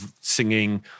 singing